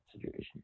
situation